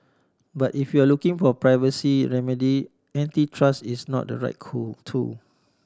but if you're looking for a privacy remedy antitrust is not the right cool tool